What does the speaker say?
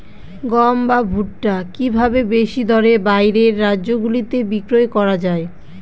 গম বা ভুট্ট কি ভাবে বেশি দরে বাইরের রাজ্যগুলিতে বিক্রয় করা য়ায়?